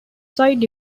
side